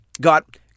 got